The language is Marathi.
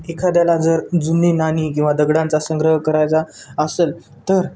एखाद्याला जर जुनी नाणी किंवा दगडांचा संग्रह करायचा असेल तर